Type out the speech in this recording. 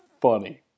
funny